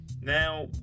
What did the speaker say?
now